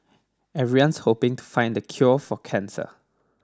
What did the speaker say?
everyone's hoping to find the cure for cancer